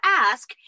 ask